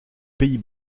pays